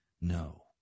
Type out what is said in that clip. No